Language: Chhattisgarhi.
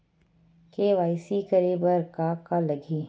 के.वाई.सी करे बर का का लगही?